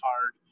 hard